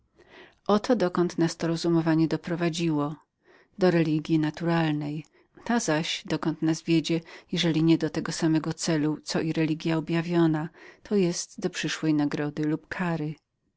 tym sposobem rozumowanie prowadzi nas do pierwotnej religji natury ta zaś dokąd nas wiedzie jeżeli nie do tego samego celu dokąd i religia objawiona to jest do przyszłej nagrody lub kary